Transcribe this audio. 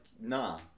nah